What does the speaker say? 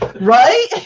Right